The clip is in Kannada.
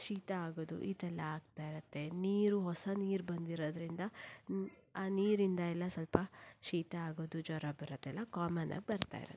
ಶೀತ ಆಗೋದು ಇದೆಲ್ಲ ಆಗ್ತಾಯಿರುತ್ತೆ ನೀರು ಹೊಸ ನೀರು ಬಂದಿರೋದ್ರಿಂದ ಆ ನೀರಿಂದ ಎಲ್ಲ ಸ್ವಲ್ಪ ಶೀತ ಆಗೋದು ಜ್ವರ ಬರೋದೆಲ್ಲ ಕಾಮನ್ ಆಗಿ ಬರ್ತಾ ಇರುತ್ತೆ